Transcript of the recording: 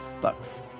Books